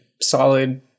solid